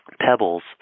pebbles